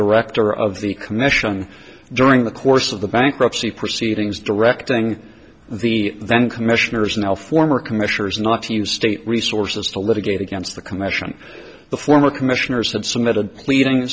director of the commission during the course of the bankruptcy proceedings directing the then commissioners now former commissioners not to state resources to litigate against the commission the former commissioners had submitted pleading